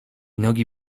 nogi